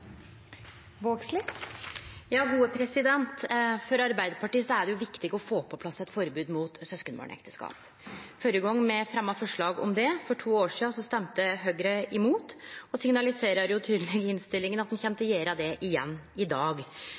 Arbeidarpartiet er det viktig å få på plass eit forbod mot søskenbarnekteskap. Førre gongen me fremja forslag om det, for to år sidan, stemte Høgre imot, og signaliserer tydeleg i innstillinga at ein kjem til å gjere det igjen i dag